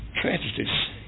Tragedies